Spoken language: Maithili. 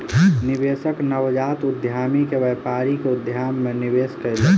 निवेशक नवजात उद्यमी के व्यापारिक उद्यम मे निवेश कयलक